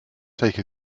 take